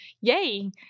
yay